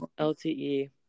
LTE